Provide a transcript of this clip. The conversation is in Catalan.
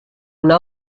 una